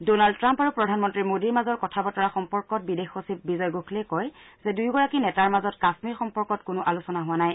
Donald Trump আৰু প্ৰধানমন্ত্ৰী মোডীৰ মাজৰ কথা বতৰা সম্পৰ্কত বিদেশ সচিব বিজয় গোখলেই কয় যে দুয়োগৰাকী নেতাৰ মাজত কাশ্মীৰ সম্পৰ্কত কোনো আলোচনা হোৱা নাই